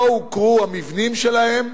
לא הוכרו המבנים שלהם,